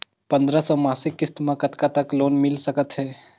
पंद्रह सौ मासिक किस्त मे कतका तक लोन मिल सकत हे?